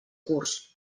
curs